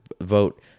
vote